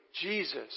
Jesus